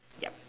yup